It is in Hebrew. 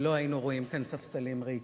ולא היינו רואים כאן ספסלים ריקים,